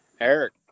Eric